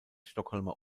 stockholmer